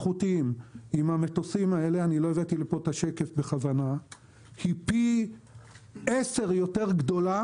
עם המטוסים האלה בכוונה לא הבאתי לכאן את השקף היא פי 10 יותר גדולה